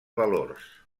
valors